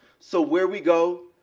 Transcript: so where we go,